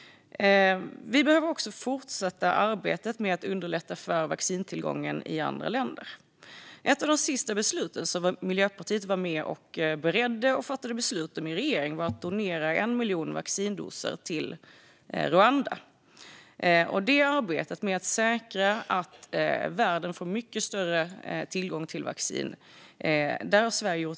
Vi behöver fortsätta arbetet med att underlätta för vaccintillgången i andra länder. En av de sista saker som Miljöpartiet var med och beredde och fattade beslut om i regeringen var att donera 1 miljon vaccindoser till Rwanda. Sverige har gjort väldigt mycket i arbetet med att säkra att världen får mycket större tillgång till vaccin.